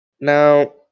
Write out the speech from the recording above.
Now